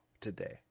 today